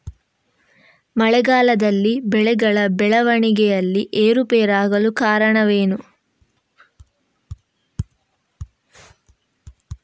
ಮಳೆಗಾಲದಲ್ಲಿ ಬೆಳೆಗಳ ಬೆಳವಣಿಗೆಯಲ್ಲಿ ಏರುಪೇರಾಗಲು ಕಾರಣವೇನು?